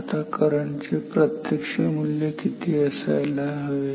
आता करंट चे प्रत्यक्ष मूल्य किती असायला हवे